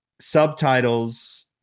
subtitles